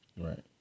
Right